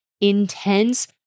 intense